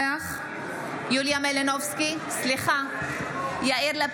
נגד יוליה מלינובסקי, אינה נוכחת אבי מעוז,